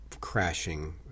crashing